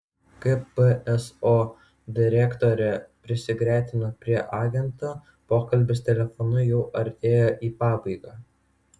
kai pso direktorė prisigretino prie agento pokalbis telefonu jau artėjo į pabaigą